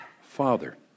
Father